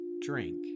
drink